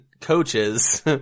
coaches